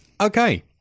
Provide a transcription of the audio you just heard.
Okay